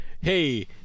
Hey